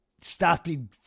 started